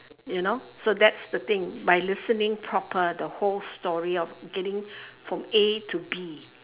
you know so that's the thing by listening proper the whole story of getting from A to B